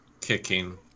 Kicking